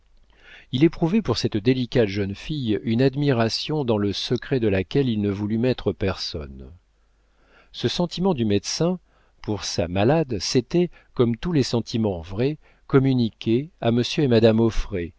il éprouvait pour cette délicate jeune fille une admiration dans le secret de laquelle il ne voulut mettre personne ce sentiment du médecin pour sa malade s'était comme tous les sentiments vrais communiqué à monsieur et madame